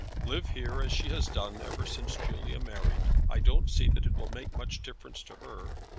live here as she has done ever since julia married. i don't see that it will make much difference to her.